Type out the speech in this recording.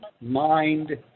mind